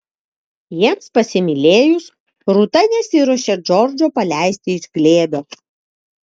jiems pasimylėjus rūta nesiruošė džordžo paleisti iš glėbio